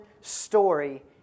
story